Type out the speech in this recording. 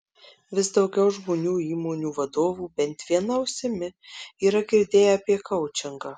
vis daugiau žmonių įmonių vadovų bent viena ausimi yra girdėję apie koučingą